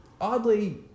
oddly –